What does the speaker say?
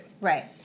right